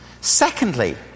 Secondly